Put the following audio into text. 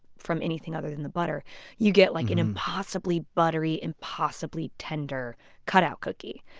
from anything other than the butter you get like an impossibly buttery, impossibly tender cut-out cookie.